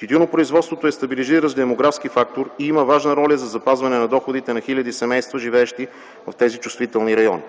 Тютюнопроизводството е стабилизиращ демографски фактор и има важна роля за запазване на доходите на хиляди семейства, живеещи в тези чувствителни райони.